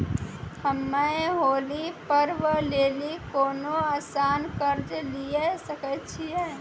हम्मय होली पर्व लेली कोनो आसान कर्ज लिये सकय छियै?